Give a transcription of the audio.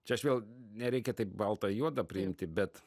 čia aš vėl nereikia taip balta juoda priimti bet